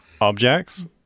objects